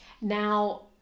Now